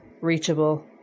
reachable